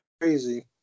crazy